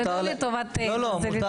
מותר להגיש --- זה לטובת האזרחים.